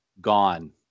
gone